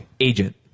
agent